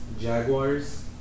Jaguars